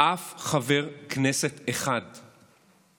אף חבר כנסת אחד מהקואליציה